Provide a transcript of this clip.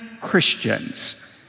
Christians